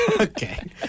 okay